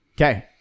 Okay